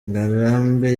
ngarambe